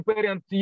Parent